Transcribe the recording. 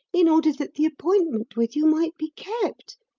in order that the appointment with you might be kept.